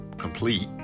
complete